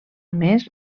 més